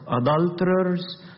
adulterers